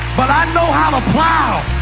but i know how to plow.